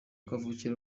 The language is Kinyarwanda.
kavukire